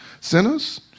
sinners